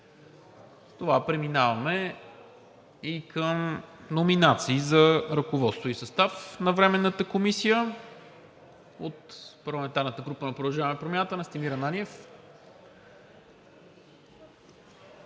С това преминаваме и към номинации за ръководство и състав на Временната комисия. От парламентарната група на „Продължаваме Промяната“ – Настимир Ананиев.